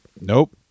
nope